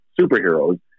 superheroes